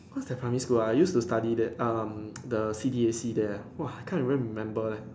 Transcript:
what's that primary school ah I used to study there um the C_D_A_C there !wah! I can't even remember leh